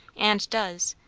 and does,